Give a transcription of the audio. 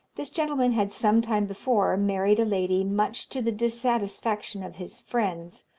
this gentleman had some time before married a lady much to the dissatisfaction of his friends,